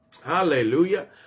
Hallelujah